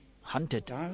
hunted